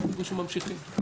האופק הוא שממשיכים.